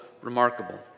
remarkable